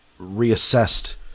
reassessed